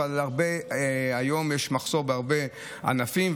אבל היום יש מחסור בהרבה ענפים,